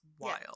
wild